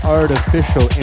Artificial